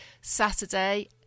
Saturday